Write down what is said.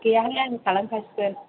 गैयाहाय आं थालांखासिगोन